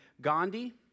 Gandhi